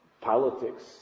politics